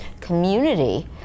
community